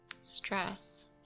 Stress